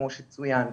כמו שצוין כאן.